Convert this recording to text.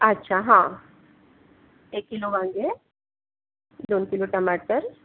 अच्छा हा एक किलो वांगे दोन किलो टमाटर